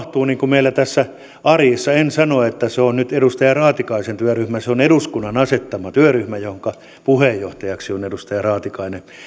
mutta mitä tapahtuu meillä tässä arjessa en sano että se on nyt edustaja raatikaisen työryhmä vaan se on eduskunnan asettama työryhmä jonka puheenjohtajaksi on edustaja raatikainen